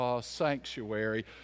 Sanctuary